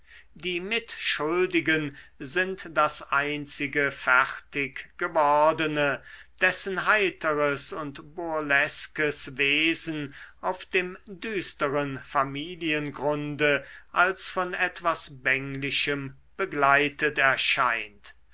die mitschuldigen sind das einzige fertig gewordene dessen heiteres und burleskes wesen auf dem düsteren familiengrunde als von etwas bänglichem begleitet erscheint